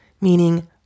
meaning